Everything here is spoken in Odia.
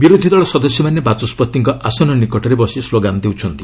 ବିରୋଧୀଦଳ ସଦସ୍ୟମାନେ ବାଚସ୍କତିଙ୍କ ଆସନ ନିକଟରେ ବସି ସ୍କୋଗାନ ଦେଉଛନ୍ତି